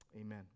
amen